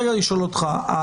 מר שניר,